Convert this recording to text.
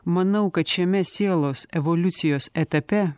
manau kad šiame sielos evoliucijos etape